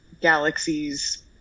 galaxies